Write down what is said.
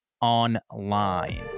Online